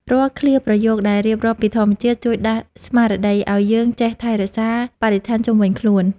រាល់ឃ្លាប្រយោគដែលរៀបរាប់ពីធម្មជាតិ ជួយដាស់ស្មារតីឱ្យយើងចេះថែរក្សាបរិស្ថានជុំវិញខ្លួន។